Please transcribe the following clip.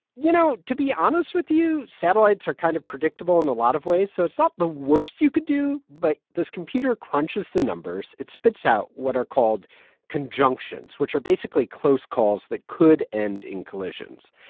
you know, to be honest with you, satellites are kind of predictable in a lot of ways, so it's not the worst you could do. but this computer crunches the numbers. it spits out what are called conjunctions, which are basically close calls that could end in collisions.